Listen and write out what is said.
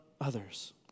others